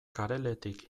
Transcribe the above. kareletik